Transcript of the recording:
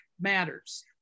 matters